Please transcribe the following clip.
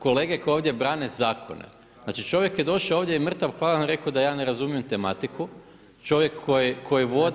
Kolege koje ovdje brane zakone, znači čovjek je došao ovdje i mrtav hladan rekao da ja ne razumijem tematiku, čovjek koji vodi.